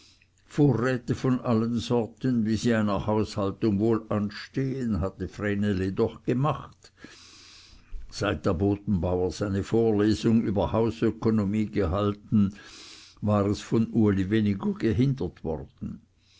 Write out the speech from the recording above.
vorräte von allen sorten wie sie einer haushaltung wohl anstehen hatte vreneli doch gemacht seit der bodenbauer seine vorlesung über hausökonomie gehalten war es von uli weniger gehindert worden